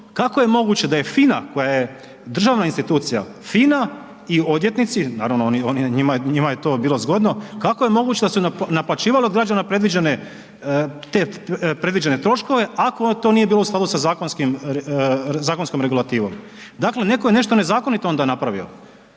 kako je moguće da FINA koja je državna institucija, FINA i odvjetnici, naravni, oni, njima je to bilo zgodno, kako je moguće da su naplaćivali od građana predviđene te predviđene troškove, ako to nije bilo u skladu sa zakonskom regulativom. Dakle, netko je nešto nezakonito onda napravio.